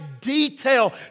detail